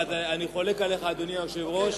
אני חולק עליך, אדוני היושב-ראש.